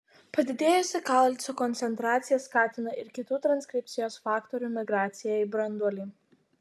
padidėjusi kalcio koncentracija skatina ir kitų transkripcijos faktorių migraciją į branduolį